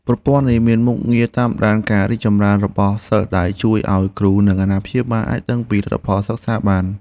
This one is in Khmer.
ប្រព័ន្ធនេះមានមុខងារតាមដានការរីកចម្រើនរបស់សិស្សដែលជួយឱ្យគ្រូ និងអាណាព្យាបាលអាចដឹងពីលទ្ធផលសិក្សាបាន។